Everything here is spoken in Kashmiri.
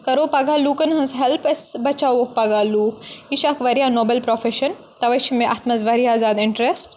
کَرو پَگہہ لوٗکَن ہٕنٛز ہیٚلپ أسۍ بَچاووکھ پَگہہ لوٗکھ یہِ چھِ اَکھ واریاہ نوبَل پرٛوفیٚشَن تَوَے چھِ مےٚ اَتھ منٛز واریاہ زیادٕ اِنٹرٛسٹ